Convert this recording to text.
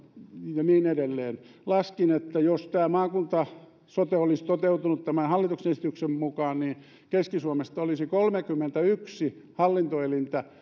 ja niin edelleen laskin että jos tämä maakunta sote olisi toteutunut tämän hallituksen esityksen mukaan keski suomesta olisi kolmekymmentäyksi hallintoelintä